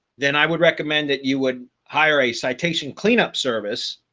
then i would recommend that you would hire a citation cleanup service.